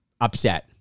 upset